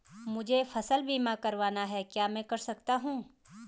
मुझे फसल बीमा करवाना है क्या मैं कर सकता हूँ?